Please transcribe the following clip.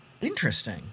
Interesting